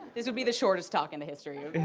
this would be the shortest talk in the history